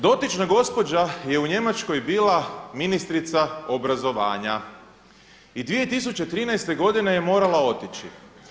Dotična gospođa je u Njemačkoj bila ministrica obrazovanja i 2013. godine je morala otići.